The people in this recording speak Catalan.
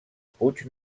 puig